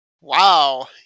Wow